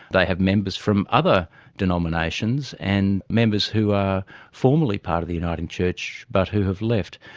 they have members from other denominations and members who are formally part of the uniting church but who have left.